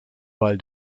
ball